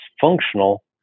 functional